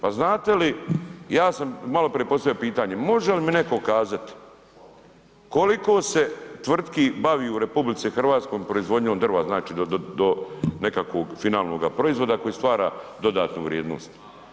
Pa znate li ja sam maloprije postavio pitanje, može li mi neko kazati koliko se tvrtki bavi u RH proizvodnjom drva do nekakvog finalnog proizvoda koji stvara dodatnu vrijednost?